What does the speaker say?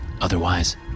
Otherwise